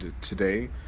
today